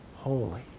holy